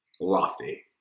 Lofty